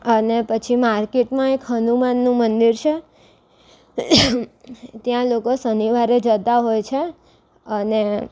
અને પછી માર્કેટમાં એક હનુમાનનું મંદિર છે ત્યાં લોકો શનિવારે જતા હોય છે અને